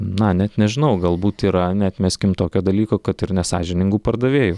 na net nežinau galbūt yra neatmeskim tokio dalyko kad ir nesąžiningų pardavėjų